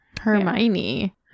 Hermione